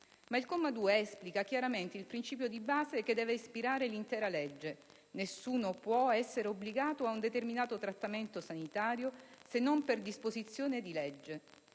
comma esplicita chiaramente il principio di base che deve ispirare l'intera legge: "Nessuno può essere obbligato a un determinato trattamento sanitario se non per disposizione di legge.